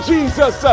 Jesus